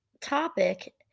topic